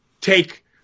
take